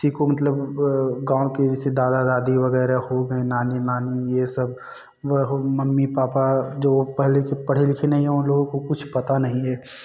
किसी को मतलब गाँव के जैसे दादा दादी वगैरह हो गए नाना नानी यह सब मम्मी पापा जो पहले के पढ़े लिखे नहीं हैं उन लोगों को कुछ पता नहीं है